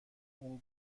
اون